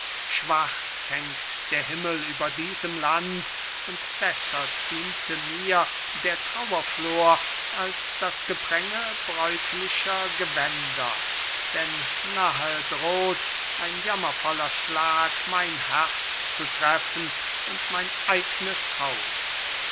schwarz hängt der himmel über diesem land und besser ziemte mir der trauerflor als das gepränge bräutlicher gewänder denn nahe droht ein jammervoller schlag mein herz zu treffen und mein eignes haus